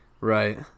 Right